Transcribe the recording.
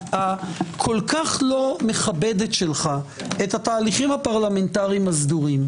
הכל כך לא מכבדת שלך את התהליכים הפרלמנטריים הסדורים.